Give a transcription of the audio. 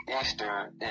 Easter